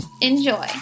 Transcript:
Enjoy